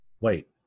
wait